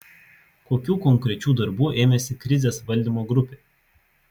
kokių konkrečių darbų ėmėsi krizės valdymo grupė